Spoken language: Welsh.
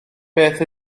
beth